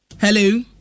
hello